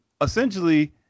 essentially